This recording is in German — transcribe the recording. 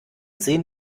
sehen